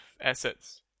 assets